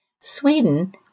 Sweden